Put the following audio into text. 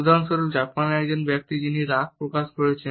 উদাহরণস্বরূপ জাপানের একজন ব্যক্তি যিনি রাগ প্রকাশ করছেন